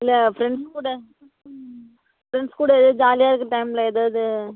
இல்லை ஃப்ரெண்ட்ஸ் கூட ப்ரெண்ட்ஸ் கூட எதா ஜாலியாக இருக்க டைமில் ஏதாவது